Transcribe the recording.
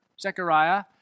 Zechariah